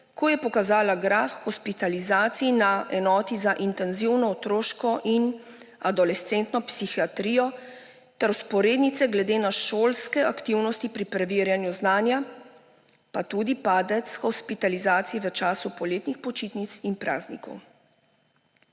ko je pokazala graf hospitalizacij na enoti za intenzivno otroško in adolescentno psihiatrijo ter vzporednice glede na šolske aktivnosti pri preverjanju znanja, pa tudi padec hospitalizacij v času poletnih počitnic in praznikov.